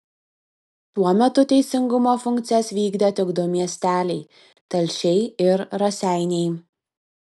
tuo metu teisingumo funkcijas vykdė tik du miesteliai telšiai ir raseiniai